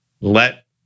let